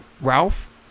Ralph